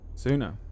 sooner